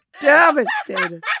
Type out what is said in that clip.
Devastated